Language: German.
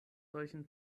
solchen